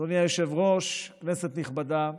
אדוני היושב-ראש, כנסת נכבדה,